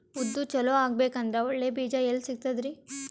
ಉದ್ದು ಚಲೋ ಆಗಬೇಕಂದ್ರೆ ಒಳ್ಳೆ ಬೀಜ ಎಲ್ ಸಿಗತದರೀ?